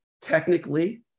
technically